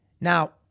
Now